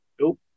Nope